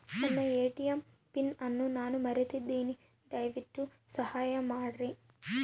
ನನ್ನ ATM PIN ಅನ್ನು ನಾನು ಮರಿತಿನ್ರಿ, ದಯವಿಟ್ಟು ಸಹಾಯ ಮಾಡ್ರಿ